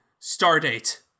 Stardate